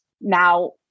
now